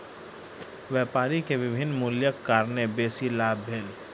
व्यापारी के विभिन्न मूल्यक कारणेँ बेसी लाभ भेल